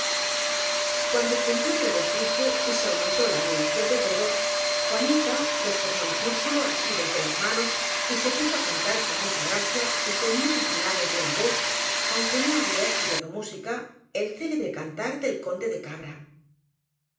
cuando cundió el regocijo y se aumentó la ani mación de todos juanita los formó en círculo asidos de las manos y se puso á cantar con mucha gracia y con muy afinada y buena voz aunque no había estudiado música el célebre cantar del con de de cabra